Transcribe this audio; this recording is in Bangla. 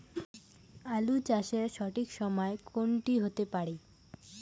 আলু চাষের সঠিক সময় কোন টি হতে পারে?